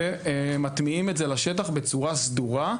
ומטמיעים את זה לשטח בצורה סדורה,